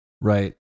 Right